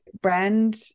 brand